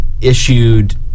issued